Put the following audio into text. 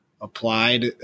applied